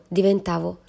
diventavo